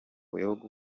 bihugu